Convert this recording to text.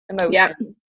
emotions